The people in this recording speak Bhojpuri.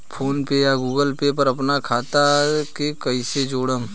फोनपे या गूगलपे पर अपना खाता के कईसे जोड़म?